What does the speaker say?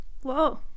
Whoa